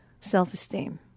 self-esteem